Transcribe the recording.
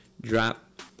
drop